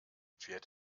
fährt